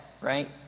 right